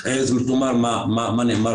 אני חושב שאני ברור ונהיר.